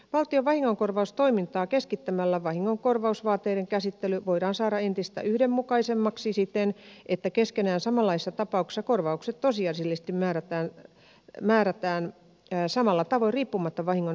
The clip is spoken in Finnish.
valtion vahingonkorvaustoimintaa keskittämällä vahingonkorvausvaateiden käsittely voidaan saada entistä yhdenmukaisemmaksi siten että keskenään samanlaisissa tapauksissa korvaukset tosiasiallisesti määrätään samalla tavoin riippumatta vahingon aiheuttaneesta viranomaisesta